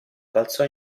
balzò